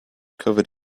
covered